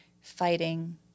fighting